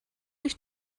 ich